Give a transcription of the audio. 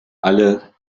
alle